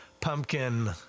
pumpkin